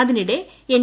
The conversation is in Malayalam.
അതിനിടെ എൻ